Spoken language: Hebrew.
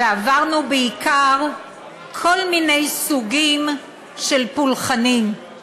ועברנו בעיקר כל מיני סוגים של פולחנים";